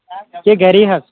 چھے گَری حظ